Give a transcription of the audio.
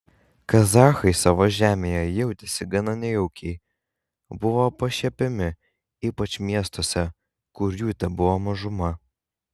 kazachai savo žemėje jautėsi gana nejaukiai buvo pašiepiami ypač miestuose kur jų tebuvo mažuma